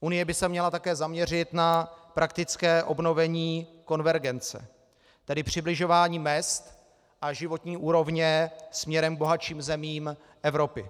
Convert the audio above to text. Unie by se měla také zaměřit na praktické obnovení konvergence, tedy přibližování mezd a životní úrovně směrem k bohatším zemím Evropy.